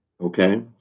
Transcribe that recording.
Okay